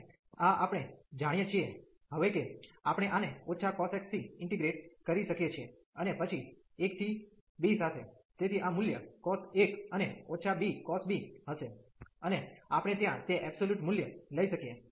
અને આ આપણે જાણીએ છીએ હવે કે આપણે આને cos x થી ઇન્ટીગ્રેટ કરી શકીએ છીએ અને પછી 1 થી b સાથે તેથી આ મૂલ્ય cos 1 અને b cos b હશે અને આપણે ત્યાં તે એબ્સોલ્યુટ મૂલ્ય લઈ શકીએ